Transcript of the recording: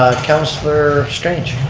ah councilor strange.